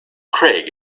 craig